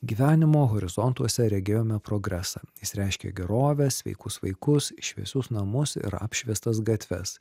gyvenimo horizontuose regėjome progresą jis reiškia gerovę sveikus vaikus į šviesius namus ir apšviestas gatves